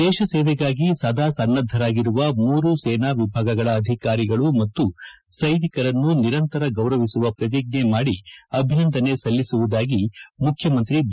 ದೇಶ ಸೇವೆಗಾಗಿ ಸದಾ ಸನ್ನದ್ದರಾಗಿರುವ ಮೂರು ಸೇನಾ ವಿಭಾಗಗಳ ಅಧಿಕಾರಿಗಳು ಮತ್ತು ಸೈನಿಕರನ್ನು ನಿರಂತರ ಗೌರವಿಸುವ ಪ್ರತಿಜ್ಜ ಮಾಡಿ ಅಭಿನಂದನೆ ಸಲ್ಲಿಸುವುದಾಗಿ ಮುಖ್ಯಮಂತ್ರಿ ಬಿ